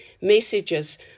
messages